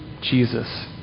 Jesus